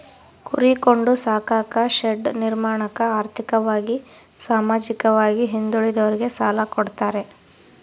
ಕುರಿ ಕೊಂಡು ಸಾಕಾಕ ಶೆಡ್ ನಿರ್ಮಾಣಕ ಆರ್ಥಿಕವಾಗಿ ಸಾಮಾಜಿಕವಾಗಿ ಹಿಂದುಳಿದೋರಿಗೆ ಸಾಲ ಕೊಡ್ತಾರೆ